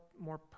More